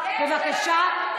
בבקשה,